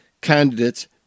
candidates